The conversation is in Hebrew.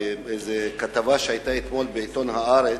לאיזו כתבה שהיתה אתמול בעיתון "הארץ":